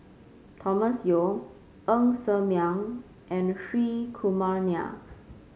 Thomas Yeo Ng Ser Miang and Hri Kumar Nair